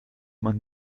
man